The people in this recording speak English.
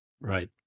Right